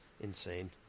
insane